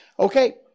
Okay